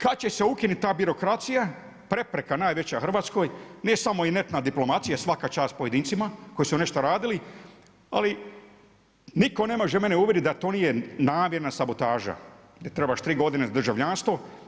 Kada će se ukinuti ta birokracija prepreka najveća Hrvatskoj, ne samo inertna diplomacija, svaka čast pojedincima koji su nešto radili ali nitko ne može mene uvjeriti da to nije namjerna sabotaža gdje trebaš 3 godine za državljanstvo.